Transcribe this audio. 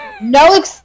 No